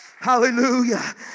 Hallelujah